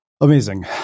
Amazing